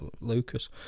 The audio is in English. Lucas